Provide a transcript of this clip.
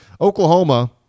Oklahoma